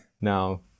Now